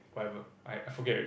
whatever I I forget already